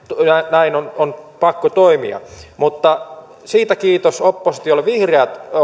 näin on on pakko toimia mutta siitä kiitos oppositiolle vihreät